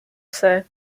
jose